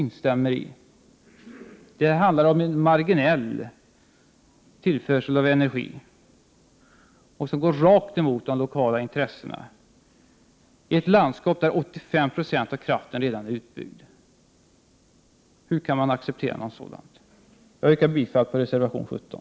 Det handlar i detta fall om en marginell tillförsel av energi, och man går tvärtemot de lokala intressena i ett landskap där 85 26 av den utbyggbara vattenkraften redan är utbyggd. Hur kan man acceptera något sådant? Jag yrkar bifall till reservation 17.